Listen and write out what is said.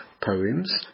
poems